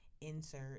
insert